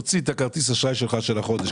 תוציא את כרטיס האשראי של החודש,